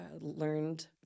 learned